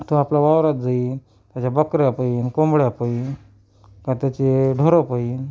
तो आपला वावरात जाईन त्याच्या बकऱ्या पाहीन कोंबड्या पाहीन का त्याचे ढोरं पाहीन